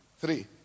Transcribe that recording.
Three